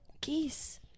geese